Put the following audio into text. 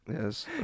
Yes